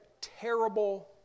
terrible